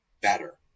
better